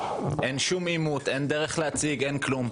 אין שום אימות, אין דרך להציג, אין כלום.